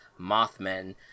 Mothmen